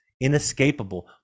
inescapable